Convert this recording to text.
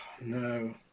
No